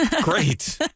great